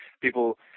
people